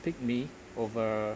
pick me over